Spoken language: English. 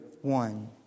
one